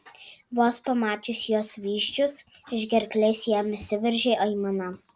vos pamačius jos vyzdžius iš gerklės jam išsiveržė aimana